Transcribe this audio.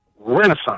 renaissance